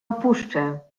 opuszczę